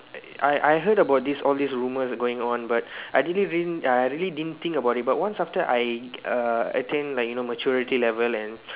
I I heard about this all this rumors going on but I didn't really uh I really didn't think about it but once I uh attain like maturity level and